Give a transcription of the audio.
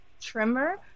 Trimmer